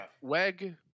weg